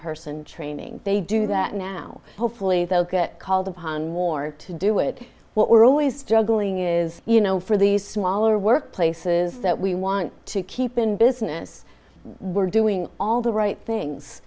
impersonal training they do that now hopefully they'll get called upon more to do it what we're always juggling is you know for these smaller workplaces that we want to keep in business we're doing all the right things